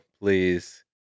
please